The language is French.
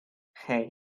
hey